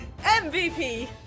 MVP